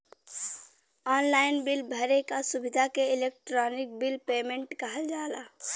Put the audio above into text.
online bill भरे क सुविधा के इलेक्ट्रानिक बिल पेमेन्ट कहल जाला